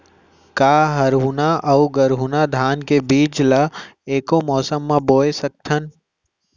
का हरहुना अऊ गरहुना धान के बीज ला ऐके मौसम मा बोए सकथन?